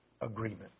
agreement